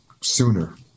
sooner